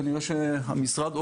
כנראה שהמשרד,